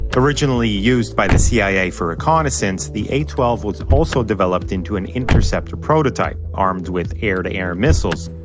originally used by the cia for reconnaissance, the a twelve was also developed into an interceptor prototype, armed with air-to-air missiles,